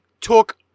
took